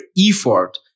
effort